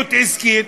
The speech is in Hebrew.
פעילות עסקית,